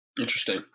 Interesting